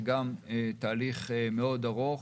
זה תהליך ארוך מאוד